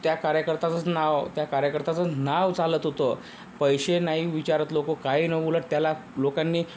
त्या कार्यकर्त्याचंच नाव त्या कार्यकर्त्याचंच नाव चालत होतं पैसे नाही विचारत लोकं काही नाही उलट त्याला लोकांनी